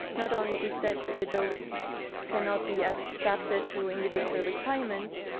not only is that the dose cannot be adapted to individual requirements,